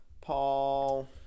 Paul